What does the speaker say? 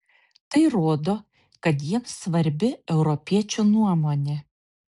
tai rodo kad jiems svarbi europiečių nuomonė